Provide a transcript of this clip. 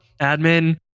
admin